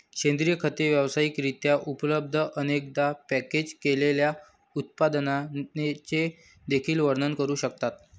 सेंद्रिय खते व्यावसायिक रित्या उपलब्ध, अनेकदा पॅकेज केलेल्या उत्पादनांचे देखील वर्णन करू शकतात